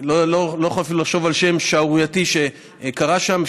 אני לא יכול לחשוב אפילו על שם שערורייתי למה שקרה שם.